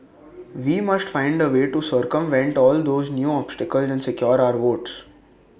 we must find A way to circumvent all these new obstacles and secure our votes